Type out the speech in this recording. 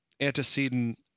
antecedent